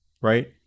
Right